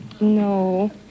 No